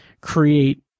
create